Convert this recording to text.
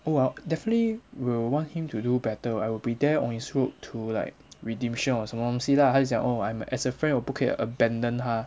oh I'll definitely will want him to do better I will be there on his road to like redemption or 什么东西 lah 他就讲 oh I'm as a friend 我不可以 abandoned 他